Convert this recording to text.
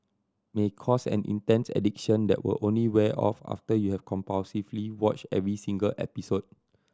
may cause an intense addiction that will only wear off after you have compulsively watched every single episode